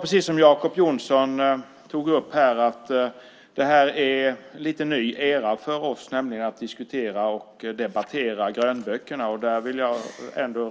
Precis som Jacob Johnson tog upp här är det här en lite ny era för oss, nämligen att diskutera och debattera grönböckerna. Där vill jag